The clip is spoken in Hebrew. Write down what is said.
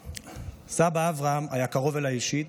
סבא אברהם היה קרוב אליי אישית,